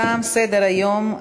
תם סדר-היום.